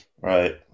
Right